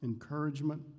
Encouragement